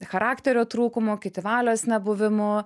charakterio trūkumu kiti valios nebuvimu